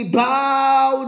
bow